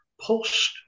post